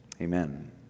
Amen